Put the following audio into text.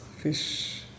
fish